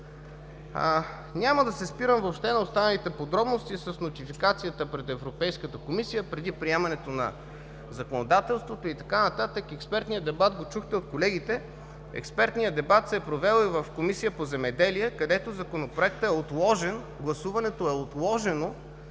да се спирам на останалите подробности – с нотификацията пред Европейската комисия преди приемането на законодателството и т.н. Чухте експертния дебат на колегите. Експертен дебат се е провел и в Комисията по земеделие, където Законопроектът е отложен, гласуването е отложено